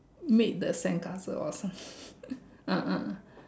made the sandcastle or some ah ah ah